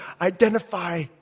identify